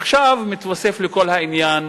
עכשיו מתווספת לכל העניין